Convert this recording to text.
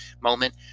moment